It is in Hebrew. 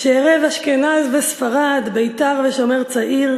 שעירב אשכנז וספרד, בית"ר ו"שומר צעיר"